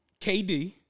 KD